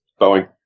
Boeing